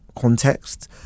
context